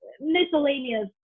miscellaneous